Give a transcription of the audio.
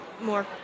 more